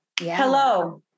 Hello